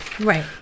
Right